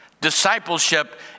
Discipleship